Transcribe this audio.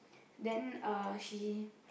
then uh she